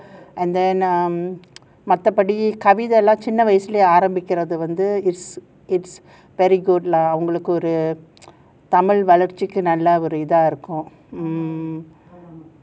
and then um மத்தபடி கவிதயெல்லாம் சின்ன வயசுலயே ஆரம்பிக்கிறது:mathaapdi kavithayellam chinna vayasulaயே aarambikkirathu it's it's very good lah அவங்களுக்கு ஒரு தமிழ் வளர்ச்சிக்கு இதா இருக்கும்:avangalukku oru thamil valarchikku ithaa irukkum